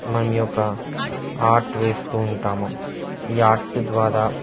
మనం ఈ యొక్క ఆర్ట్ వేస్తూ ఉంటాము ఈ ఆర్టు ద్వారా